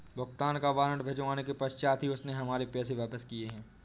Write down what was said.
भुगतान का वारंट भिजवाने के पश्चात ही उसने हमारे पैसे वापिस किया हैं